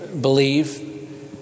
believe